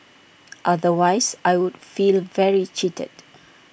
otherwise I would feel very cheated